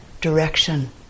direction